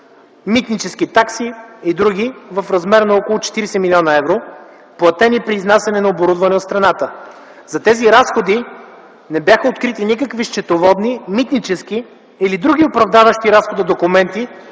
(митнически такси и други в размер на около 40 млн. евро, платени при изнасяне на оборудване от страната). За тези разходи не бяха открити никакви счетоводни, митнически или други оправдаващи разхода документи